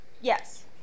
Yes